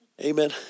Amen